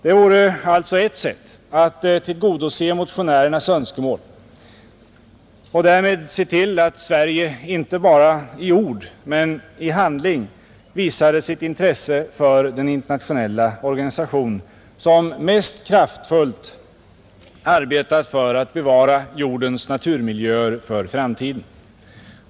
Det vore ett sätt att tillgodose motionärernas önskemål och låta Sverige inte bara i ord utan också i handling visa sitt intresse för den internationella organisation som mest kraftfullt arbetat för att bevara jordens naturmiljöer för framtiden.